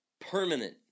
permanent